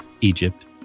Egypt